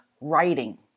writing